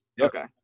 Okay